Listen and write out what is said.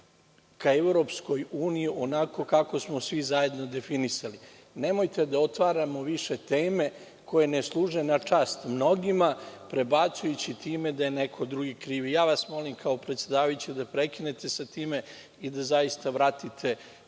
ka EU onako kako smo svi zajedno definisali. Nemojte da otvaramo više teme koje ne služe na čast mnogima, prebacujući time da je neko drugi kriv. Molim vas, kao predsedavajuću, da prekinete sa time i da zaista vratite